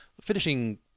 finishing